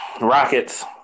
Rockets